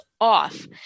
off